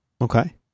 okay